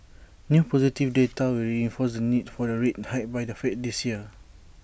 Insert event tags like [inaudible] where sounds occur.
new positive [noise] data will reinforce the need for A rate hike by the fed this year